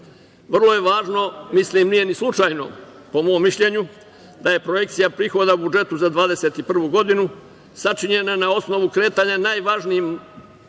Vrlo je važno, mislim nije ni slučajno po mom mišljenju, da je projekcija prihoda u budžetu za 2021. godinu sačinjena na osnovu kretanja najvažnijim